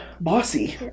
bossy